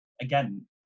again